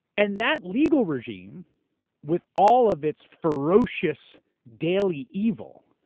and that legal regime with all of its ferocious daily evil,